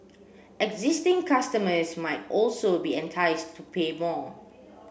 existing customers might also be enticed to pay more